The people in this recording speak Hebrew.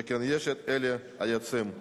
שכן יש אלה היוצאים פראיירים,